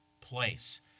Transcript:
place